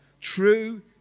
true